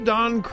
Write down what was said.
Don